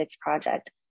project